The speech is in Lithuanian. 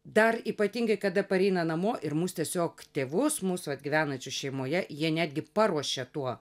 dar ypatingai kada pareina namo ir mus tiesiog tėvus mus vat gyvenančius šeimoje jie netgi paruošia tuo